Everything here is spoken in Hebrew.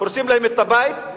הורסים להם את הבית,